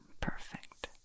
Perfect